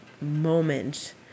moment